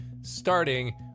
starting